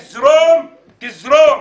תזרום, תזרום.